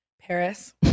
Paris